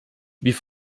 wie